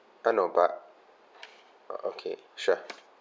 uh no but oh okay sure